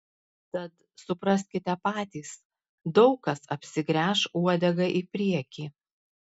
tad supraskite patys daug kas apsigręš uodega į priekį